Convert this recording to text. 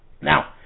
Now